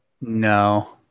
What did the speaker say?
No